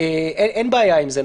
אין בעיה עם זה,